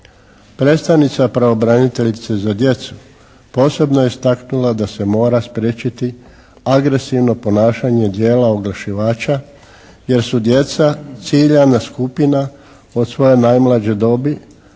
Predstavnica pravobraniteljice za djecu, posebno je istaknula da se mora spriječiti agresivno ponašanje dijela oglašivača jer su djeca ciljana skupina od svoje najmlađe dobi